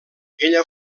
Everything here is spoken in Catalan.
ella